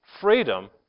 freedom